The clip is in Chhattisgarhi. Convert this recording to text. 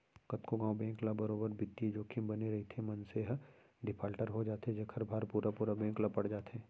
कतको घांव बेंक ल बरोबर बित्तीय जोखिम बने रइथे, मनसे ह डिफाल्टर हो जाथे जेखर भार पुरा पुरा बेंक ल पड़ जाथे